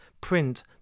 print